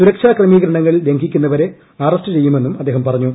സുരക്ഷാക്രമീകരണങ്ങൾ ലംഘിക്കുന്നവരെ അറസ്റ്റ് ചെയ്യുമെന്നും അദ്ദേഹം പറഞ്ഞു